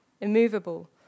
immovable